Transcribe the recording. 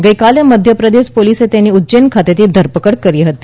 ગઈકાલે મધ્યપ્રદેશ પોલીસે તેની ઉજ્જૈન ખાતેથી ધરપકડ કરી હતી